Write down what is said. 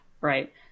Right